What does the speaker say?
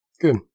Good